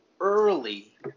early